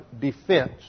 defense